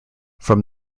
from